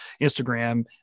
Instagram